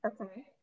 Okay